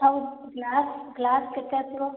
ଆଉ glass glass କେତେ ଆସିବ